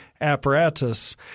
apparatus